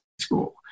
school